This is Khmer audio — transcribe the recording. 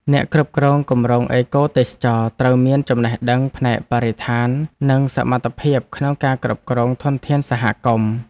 អ្នកគ្រប់គ្រងគម្រោងអេកូទេសចរណ៍ត្រូវមានចំណេះដឹងផ្នែកបរិស្ថាន និងសមត្ថភាពក្នុងការគ្រប់គ្រងធនធានសហគមន៍។